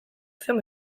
zion